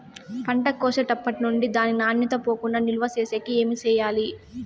పంట కోసేటప్పటినుండి దాని నాణ్యత పోకుండా నిలువ సేసేకి ఏమేమి చేయాలి?